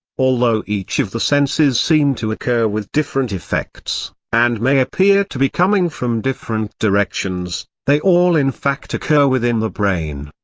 although each of the senses seem to occur with different effects, and may appear to be coming from different directions, they all in fact occur within the brain.